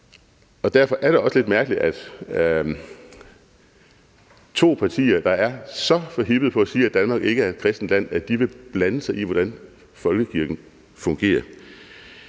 derfor er det også lidt mærkeligt, at to partier, der er så forhippede på at sige, at Danmark ikke er et kristent land, vil blande sig i, hvordan folkekirken fungerer.